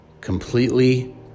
completely